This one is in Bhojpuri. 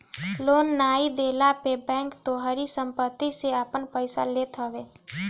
लोन नाइ देहला पे बैंक तोहारी सम्पत्ति से आपन पईसा लेत हवे